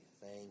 Thank